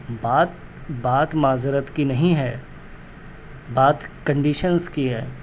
بات بات معذرت کی نہیں ہے بات کنڈیشنز کی ہے